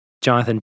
Jonathan